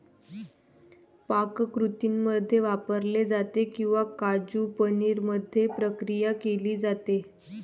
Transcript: पाककृतींमध्ये वापरले जाते किंवा काजू पनीर मध्ये प्रक्रिया केली जाते